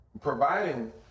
providing